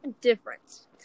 difference